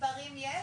מספרים יש?